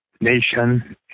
nation